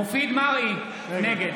מופיד מרעי, נגד